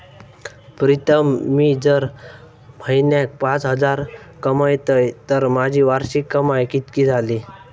प्रीतम मी जर म्हयन्याक पाच हजार कमयतय तर माझी वार्षिक कमाय कितकी जाली?